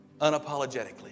Unapologetically